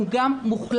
הוא גם מוחלש.